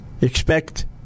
expect